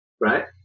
right